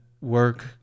work